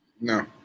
No